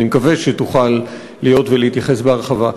אני מקווה שתוכל להיות ולהתייחס בהרחבה.